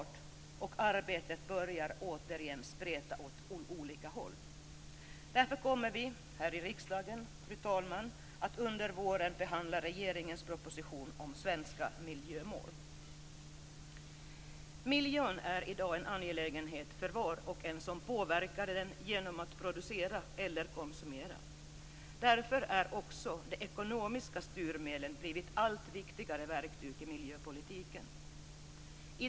Fru talman! Därför kommer vi här i riksdagen att under våren behandla regeringens proposition om svenska miljömål. Miljön är i dag en angelägenhet för var och en som påverkar den genom att producera eller konsumera. Därför har också de ekonomiska styrmedlen blivit allt viktigare verktyg i miljöpolitiken.